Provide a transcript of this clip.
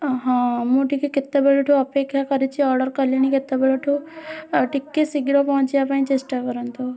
ହଁ ମୁଁ ଟିକେ କେତେବେଳ ଠୁ କରିଚି ଅର୍ଡ଼ର୍ କଲିଣି କେତେବେଳ ଠୁ ଟିକେ ଶୀଘ୍ର ପହଞ୍ଚିବାପାଇଁ ଚେଷ୍ଟା କରନ୍ତୁ